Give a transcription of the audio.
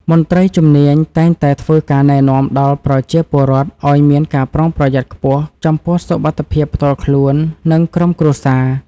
មន្ត្រីជំនាញតែងតែធ្វើការណែនាំដល់ប្រជាពលរដ្ឋឱ្យមានការប្រុងប្រយ័ត្នខ្ពស់ចំពោះសុវត្ថិភាពផ្ទាល់ខ្លួន និងក្រុមគ្រួសារ។